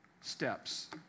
steps